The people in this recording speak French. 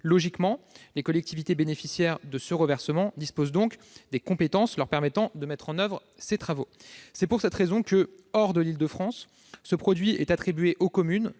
Logiquement, les collectivités territoriales bénéficiaires de ce reversement disposent donc des compétences leur permettant de mettre en oeuvre ces travaux. C'est pour cette raison que, hors de l'Île-de-France, ce produit est attribué aux communes,